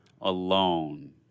alone